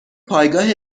پایگاه